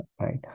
right